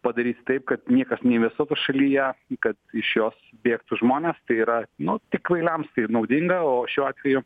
padarys taip kad niekas neinvestuotų šalyje į kad iš jos bėgtų žmonės tai yra nu tik kvailiams tai naudinga o šiuo atveju